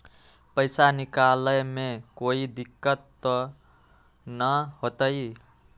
पैसा निकाले में कोई दिक्कत त न होतई?